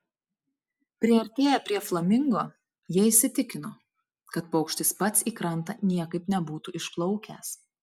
priartėję prie flamingo jie įsitikino kad paukštis pats į krantą niekaip nebūtų išplaukęs